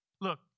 Look